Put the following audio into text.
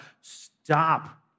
Stop